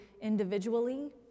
individually